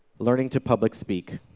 learning to public speak.